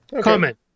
Comment